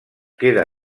queda